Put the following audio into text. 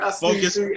Focus